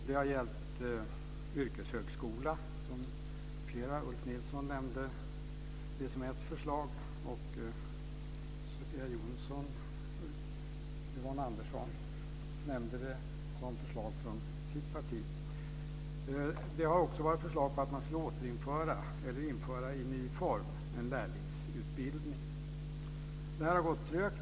Det har gällt yrkeshögskola som bl.a. Ulf Nilsson nämnde som ett förslag. Sofia Jonsson och Yvonne Andersson nämnde det som förslag från sina partier. Det har också varit förslag på att införa i ny form en lärlingsutbildning. Det har gått trögt.